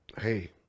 hey